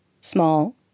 Small